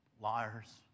liars